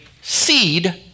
seed